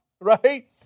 right